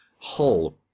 hull